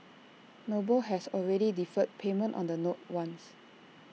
noble has already deferred payment on the notes once